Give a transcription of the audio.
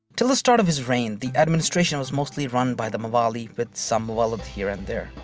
till the start of his reign, the administration was mostly run by the mawali with some muwallad here and there.